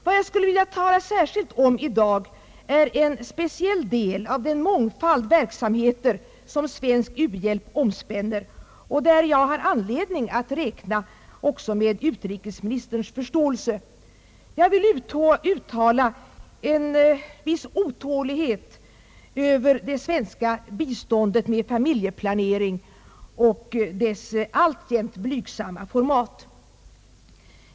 Vad jag särskilt vill tala om i dag är en speciell del av den mångfald verksamheter, som svensk u-hjälp omspänner, och där jag har anledning att räkna också med utrikesministerns förståelse. Jag avser det svenska biståndet med familjeplanering och vill uttala en viss otålighet över dess alltjämt blygsamma format.